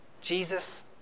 Jesus